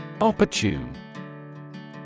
Opportune